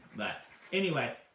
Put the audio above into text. but anyway,